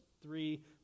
three